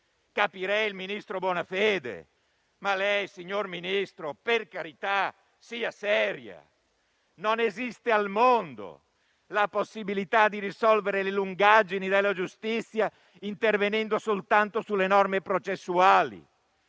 Capirei il ministro Bonafede, ma lei, signora Ministro, per carità sia seria. Non esiste al mondo la possibilità di risolvere le lungaggini della giustizia intervenendo soltanto sulle norme processuali,